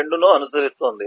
2 ను అనుసరిస్తుంది